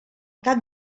cap